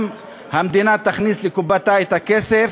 גם המדינה תכניס לקופתה את הכסף,